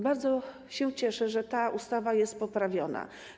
Bardzo się cieszę, że ta ustawa jest poprawiona.